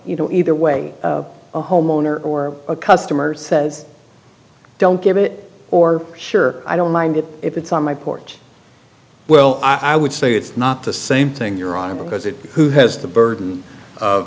you know either way a homeowner or a customer says don't get it or sure i don't mind it if it's on my porch well i would say it's not the same thing you're on because it who has the burden of